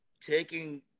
taking